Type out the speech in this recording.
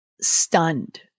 stunned